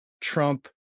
trump